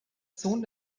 sohn